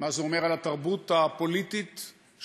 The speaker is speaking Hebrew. מה זה אומר על התרבות הפוליטית שלנו?